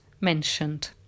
mentioned